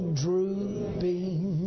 drooping